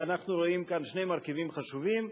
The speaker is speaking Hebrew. אנחנו רואים כאן שני מרכיבים חשובים: